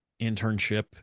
internship